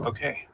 Okay